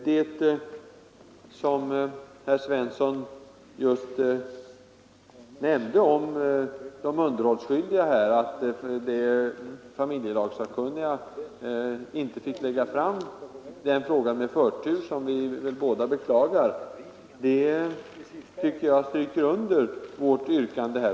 Herr Svensson bekräftade att familjelagssakkunniga inte fick lägga fram frågan om de underhållsskyldiga med förtur — något som vi väl båda beklagar. Den omständigheten stryker under betydelsen av folkpartiets yrkande.